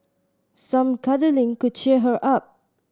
some cuddling could cheer her up